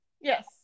Yes